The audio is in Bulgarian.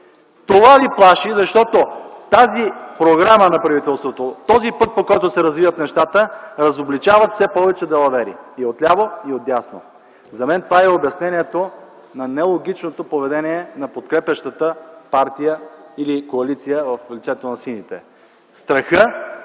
това Ви плаши. Защото тази програма на правителството, този път, по който се развиват нещата, разобличават все повече далавери и отляво, и отдясно. За мен това е и обяснението на нелогичното поведение на подкрепящата партия или коалиция в лицето на сините – страхът,